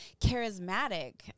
charismatic